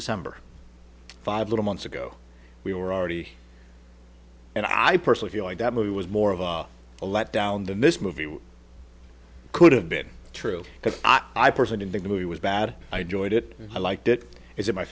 december five little months ago we were already and i personally feel like that movie was more of a letdown than this movie could have been true because i personally think the movie was bad i joined it i liked it it's a my